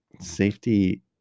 Safety